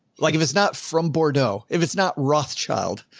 like if it's not from bordeaux, if it's not rothschild,